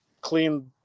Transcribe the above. clean